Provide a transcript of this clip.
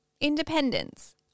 independence